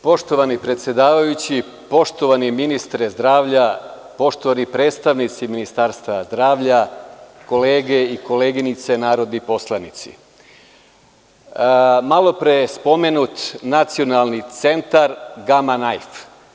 Poštovani predsedavajući, poštovani ministre zdravlja, poštovani predstavnici Ministarstva zdravlja, kolege i koleginice narodni poslanici, malo pre spomenut nacionalni centar „Gama najf“